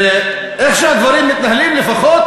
ואיך שהדברים מתנהלים לפחות,